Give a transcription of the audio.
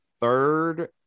third